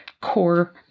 core